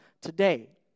today